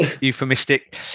euphemistic